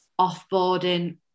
offboarding